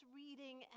reading